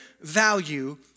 value